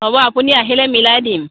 হ'ব আপুনি আহিলে মিলাই দিম